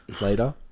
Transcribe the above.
later